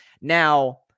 Now